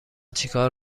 چیکار